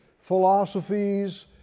philosophies